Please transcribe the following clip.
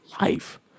life